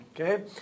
okay